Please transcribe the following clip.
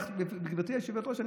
גברתי היושבת-ראש,